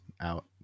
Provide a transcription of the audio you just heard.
out